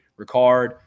Ricard